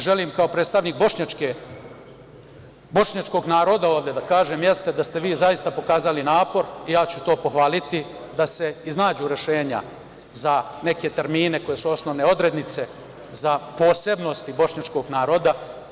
Želim kao predstavnik bošnjačkog naroda ovde da kažem, jeste da ste vi zaista pokazali napor i ja ću to pohvaliti, da se iznađu rešenja za neke termine koji su osnovne odrednice za posebnosti bošnjačkog naroda.